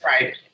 Right